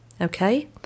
Okay